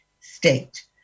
state